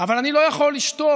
אבל אני לא יכול לשתוק